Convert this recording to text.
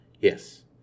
Yes